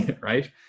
right